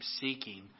seeking